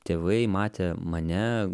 tėvai matė mane